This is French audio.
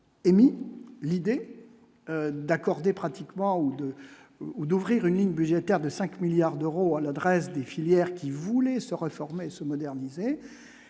émis l'idée d'accorder pratiquement ou de ou d'ouvrir une ligne budgétaire de 5 milliards d'euros à l'adresse des filières qui voulait se réformer et se moderniser,